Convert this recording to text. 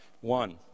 one